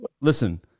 Listen